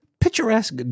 picturesque